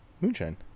Moonshine